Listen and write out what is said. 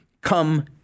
come